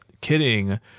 kidding